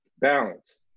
balance